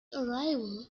arrival